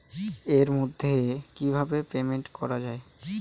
এর মাধ্যমে কিভাবে পেমেন্ট করা য়ায়?